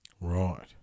Right